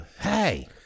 hey